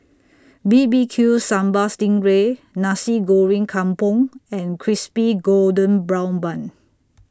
B B Q Sambal Sting Ray Nasi Goreng Kampung and Crispy Golden Brown Bun